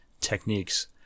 techniques